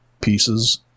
pieces